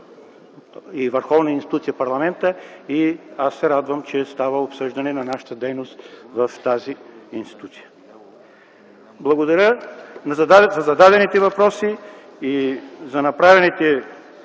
и върховна институция е парламентът и аз се радвам, че става обсъждане на нашата дейност в тази институция. Благодаря за зададените въпроси и за направените